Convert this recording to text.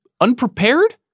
unprepared